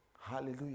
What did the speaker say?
Hallelujah